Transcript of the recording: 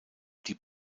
die